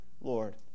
Lord